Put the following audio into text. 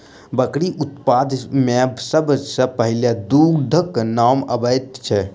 बकरी उत्पाद मे सभ सॅ पहिले दूधक नाम अबैत छै